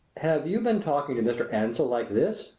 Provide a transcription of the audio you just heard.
have you been talking to mr. ansell like this?